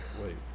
Wait